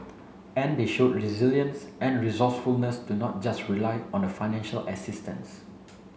and they showed resilience and resourcefulness to not just rely on the financial assistance